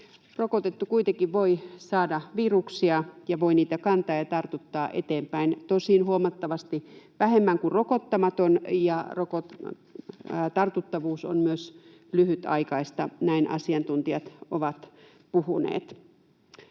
Rokotettu kuitenkin voi saada viruksia ja voi niitä kantaa ja tartuttaa eteenpäin, tosin huomattavasti vähemmän kuin rokottamaton ja tartuttavuus on myös lyhytaikaista, näin asiantuntijat ovat puhuneet.